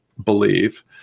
believe